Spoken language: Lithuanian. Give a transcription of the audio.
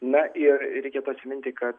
na ir reikėtų atsiminti kad